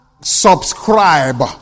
subscribe